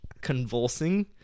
convulsing